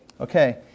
Okay